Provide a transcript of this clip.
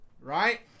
Right